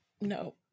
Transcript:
No